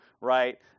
right